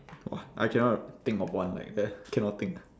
!wah! I cannot think of one like that cannot think